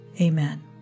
Amen